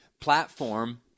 platform